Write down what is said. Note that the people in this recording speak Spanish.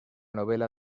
novela